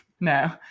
No